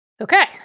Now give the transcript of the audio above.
okay